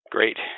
Great